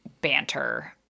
banter